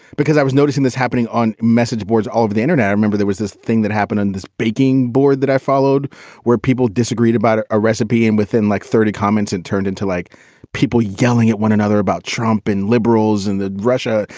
because i was noticing this happening on message boards all over the internet. i remember there was this thing that happened in this baking board that i followed where people disagreed about a ah recipe. and within like thirty comments, it turned into like people yelling at one another about trump and liberals and in russia.